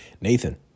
Nathan